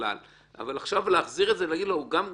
עכשיו להחזיר את זה ולהגיד שהוא גם גנב?